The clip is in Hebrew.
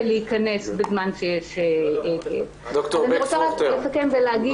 להיכנס בזמן שיש --- ד"ר בק פרוכטר,